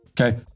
okay